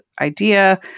idea